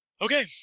Okay